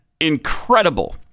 incredible